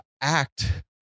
act